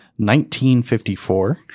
1954